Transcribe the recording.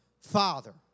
Father